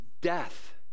death